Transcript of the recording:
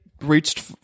reached